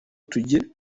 tujye